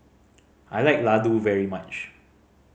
I like Ladoo very much